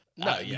No